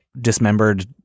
dismembered